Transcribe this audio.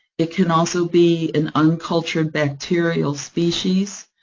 it can also be an uncultured bacterial species,